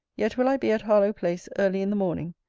yet will i be at harlowe-place early in the morning.